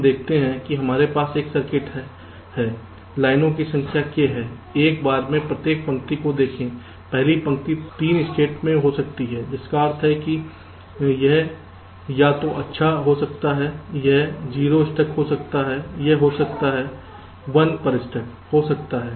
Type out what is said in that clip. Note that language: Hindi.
हम देखते हैं कि हमारे पास एक सर्किट है लाइनों की संख्या k हैं एक बार में प्रत्येक पंक्ति को देखें पहली पंक्ति 3 स्टेट में हो सकती है जिसका अर्थ है कि यह या तो अच्छा हो सकता है यह 0 पर स्टक हो सकता है यह हो सकता है 1 पर स्टक हो सकता है